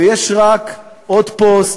ויש רק עוד פוסט,